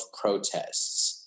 protests